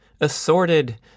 assorted